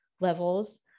levels